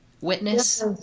witness